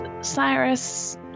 Cyrus